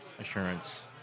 assurance